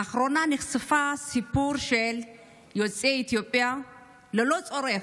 לאחרונה נחשף סיפור של יוצאי אתיופיה שללא צורך,